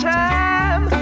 time